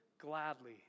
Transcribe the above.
gladly